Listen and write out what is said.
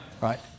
right